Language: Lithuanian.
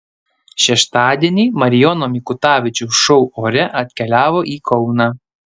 šeštadienį marijono mikutavičiaus šou ore atkeliavo į kauną